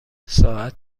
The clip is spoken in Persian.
ساعت